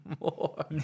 more